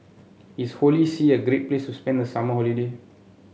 is Holy See a great places to spend the summer holiday